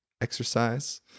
exercise